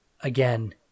again